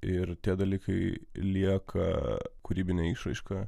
ir tie dalykai lieka kūrybine išraiška